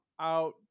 out